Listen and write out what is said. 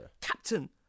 Captain